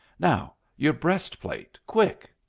now, your breast-plate, quick!